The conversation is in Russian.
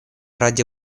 ради